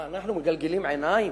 מה, אנחנו מגלגלים עיניים?